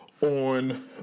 On